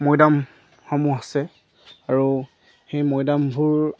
মৈদামসমূহ আছে আৰু সেই মৈদামবোৰ